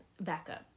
backup